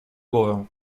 głowę